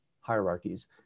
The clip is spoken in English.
hierarchies